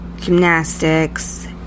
...gymnastics